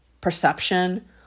perception